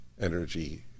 energy